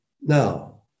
Now